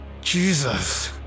Jesus